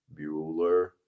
Bueller